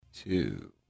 two